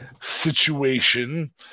situation